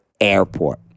Airport